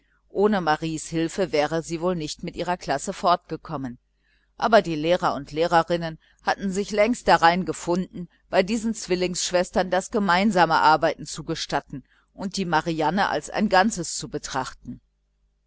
ohne maries hilfe wäre sie wohl nicht mit ihrer klasse fortgekommen aber die lehrer und lehrerinnen hatten sich längst darein gefunden bei diesen zwillingsschwestern das gemeinsame arbeiten zu gestatten und die marianne als ein ganzes zu betrachten